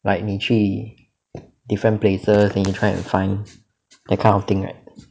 like 你去 different places and you try and find that kind of thing right